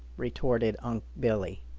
retorted unc' billy.